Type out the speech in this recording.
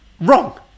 Wrong